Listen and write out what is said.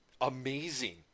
amazing